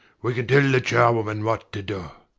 we can tell the charwoman what to do.